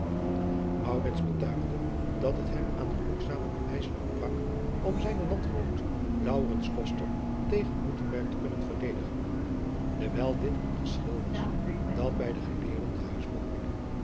betuigde dat het hem aan genoegzame bewijzen ontbrak om zijnen andgenoot tegen driaan oosjes zn et leven van aurits ijnslager te kunnen verdedigen dewijl dit een geschil was dat bij de geleerden te huis behoorde